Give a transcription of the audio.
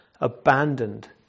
abandoned